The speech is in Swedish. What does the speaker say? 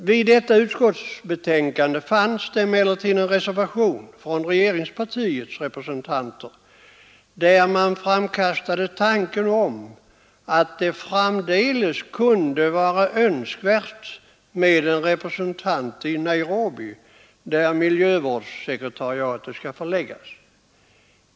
Vid utskottsbetänkandet fanns det emellertid en reservation från regeringspartiets representanter, i vilken tanken framkastades att det framdeles kunde vara önskvärt med en representant i Nairobi, där miljövårdssekretariatet skall placeras.